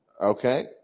Okay